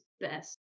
best